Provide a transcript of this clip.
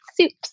soups